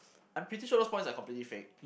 I'm pretty sure those points are completely fake